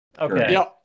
Okay